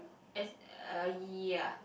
as a ya